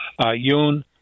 Yoon